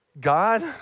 God